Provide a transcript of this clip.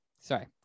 Sorry